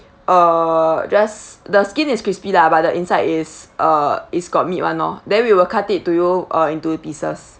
uh just the skin is crispy lah but the inside is uh is got meat [one] lor then we will cut it to you uh into pieces